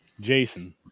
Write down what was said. Jason